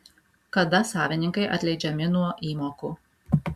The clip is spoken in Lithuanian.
kada savininkai atleidžiami nuo įmokų